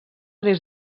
des